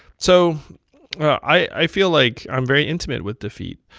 so i feel like i'm very intimate with defeat.